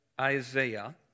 Isaiah